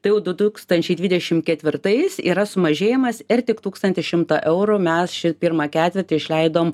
tai jau du tūkstančiai dvidešimt ketvirtais yra sumažėjimas ir tik tūkstantį šimtą eurų mes šį pirmą ketvirtį išleidom